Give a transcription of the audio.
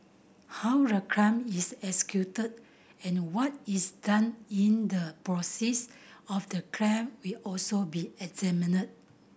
how the crime is executed and what is done in the proceeds of the crime will also be examined